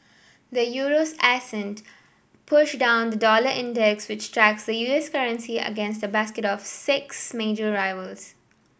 the euro's ascent pushed down the dollar index which tracks the U S currency against a basket of six major rivals